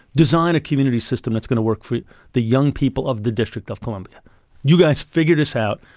design a community system that's going to work for the young people of the district of columbia you guys figure this out,